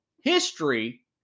history